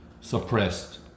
suppressed